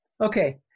Okay